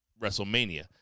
WrestleMania